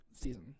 season